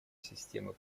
системы